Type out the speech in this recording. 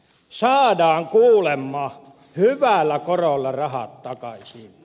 saadaan kuulemma hyvällä korolla rahat takaisin